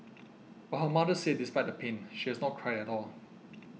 but her mother said despite the pain she has not cried at all